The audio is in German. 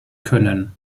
können